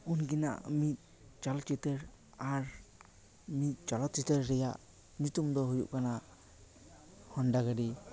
ᱩᱱᱠᱤᱱᱟᱜ ᱢᱤᱫ ᱪᱚᱞᱚᱛᱪᱤᱛᱟᱹᱨ ᱟᱨ ᱢᱤᱫ ᱪᱚᱞᱚᱛᱪᱤᱛᱟᱹᱨ ᱨᱮᱭᱟᱜ ᱧᱩᱛᱩᱢ ᱫᱚ ᱦᱩᱭᱩᱜ ᱠᱟᱱᱟ ᱦᱚᱱᱰᱟ ᱜᱟᱹᱰᱤ